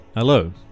Hello